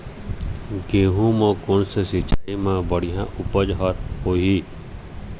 गेहूं म कोन से सिचाई म बड़िया उपज हर होही?